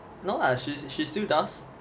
no lah she's she's still does